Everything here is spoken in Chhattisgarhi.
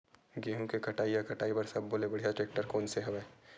गेहूं के कटाई या कटाई बर सब्बो ले बढ़िया टेक्टर कोन सा हवय?